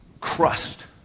crust